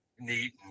neat